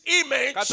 image